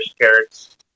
carrots